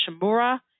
Shimura